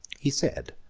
he said,